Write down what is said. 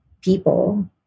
people